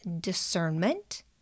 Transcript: discernment